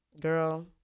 Girl